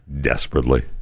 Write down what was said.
desperately